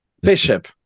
bishop